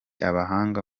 abahanga